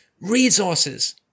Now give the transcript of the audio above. resources